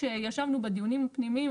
כשישבנו בדיונים הפנימיים,